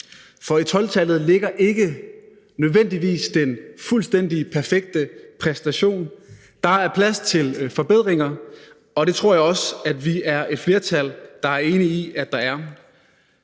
For i 12-tallet ligger ikke nødvendigvis den fuldstændig perfekte præstation. Der er plads til forbedringer, og det tror jeg også vi er et flertal der er enige om at der er;